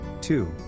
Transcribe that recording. two